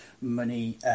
money